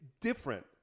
different